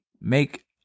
make